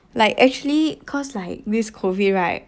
like actually cause like this COVID right